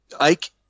Ike